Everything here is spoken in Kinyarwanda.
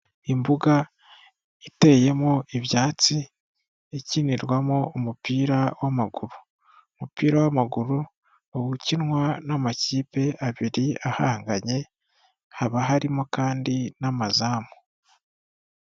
Imbuga iteyemo ibyatsi ikinirwamo umupira w'amaguru. Umupira w'amaguru ukinwa n'amakipe abiri ahanganye, haba harimo kandi n'amazamu.